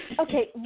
Okay